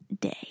day